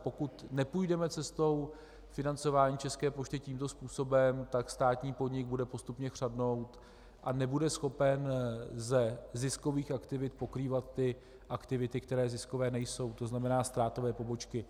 Pokud nepůjdeme cestou financování České pošty tímto způsobem, státní podnik bude postupně chřadnout a nebude schopen ze ziskových aktivit pokrývat aktivity, které ziskové nejsou, tzn. ztrátové pobočky.